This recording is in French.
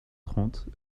trente